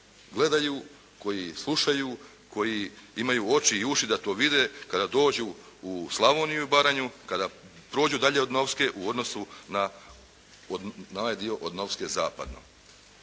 gledaju, koji slušaju, koji imaju oči i uši da to vide, kada dođu u Slavoniju i Baranju, kada prođu dalje od Novske u odnosu na onaj dio od Novske zapadno.